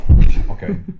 Okay